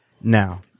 Now